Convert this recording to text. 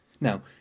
Now